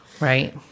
right